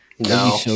No